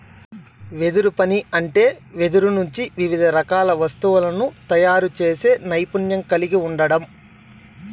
వెదురు పని అంటే వెదురు నుంచి వివిధ రకాల వస్తువులను తయారు చేసే నైపుణ్యం కలిగి ఉండడం